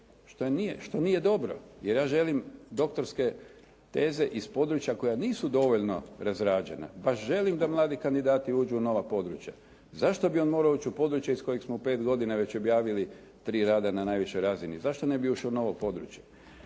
što nije dobro jer ja želim doktorske teze iz područja koja nisu dovoljno razrađena. Baš želim da mladi kandidati uđu u nova područja. Zašto bi on morao ući u područje iz kojeg smo 5 godina već objavili 3 rada na najvišoj razini? Zašto ne bi ušao u novo područje?